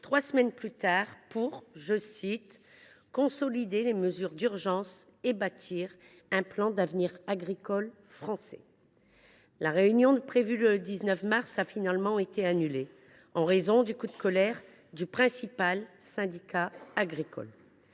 trois semaines plus tard, pour « consolider les mesures d’urgence » et « bâtir un plan d’avenir agricole français ». La réunion, prévue le 19 mars dernier, a finalement été annulée, en raison du coup de colère du principal syndicat agricole.